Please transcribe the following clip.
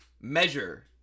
measure